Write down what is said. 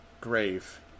grave